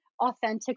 authentic